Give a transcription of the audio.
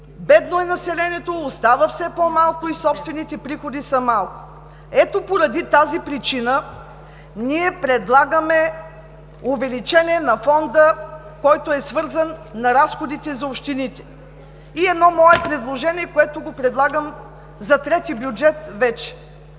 в общините е бедно, остава все по-малко и собствените приходи са малко. Ето, поради тази причина предлагаме увеличение на фонда, който е свързан с разходите за общините. И едно мое предложение, което предлагам за трети бюджет вече: